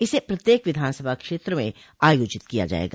इसे प्रत्येक विधानसभा क्षेत्र में आयोजित किया जाएगा